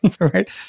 Right